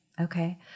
Okay